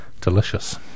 Delicious